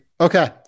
Okay